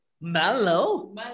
mellow